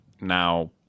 now